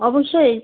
অবশ্যই